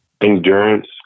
Endurance